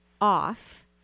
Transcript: off